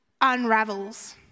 unravels